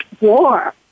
war